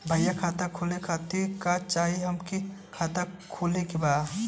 भईया खाता खोले खातिर का चाही हमके खाता खोले के बा?